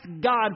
God